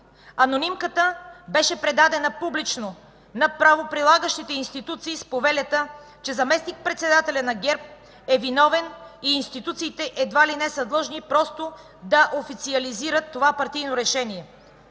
Анонимката беше предадена публично на правоприлагащите институции с повелята, че заместник-председателят на ГЕРБ е виновен и институциите едва ли не са длъжни просто да официализират това партийно решение